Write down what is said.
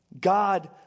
God